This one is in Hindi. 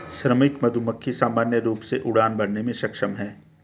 श्रमिक मधुमक्खी सामान्य रूप से उड़ान भरने में सक्षम हैं